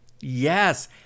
Yes